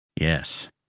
Yes